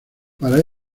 para